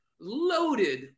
loaded